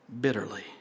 bitterly